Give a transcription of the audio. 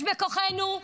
יש בכוחנו,